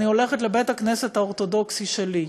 אני הולכת לבית-הכנסת האורתודוקסי שלי.